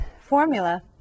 formula